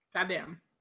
Goddamn